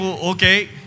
okay